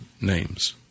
names